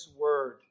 word